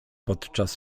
podczas